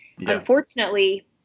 unfortunately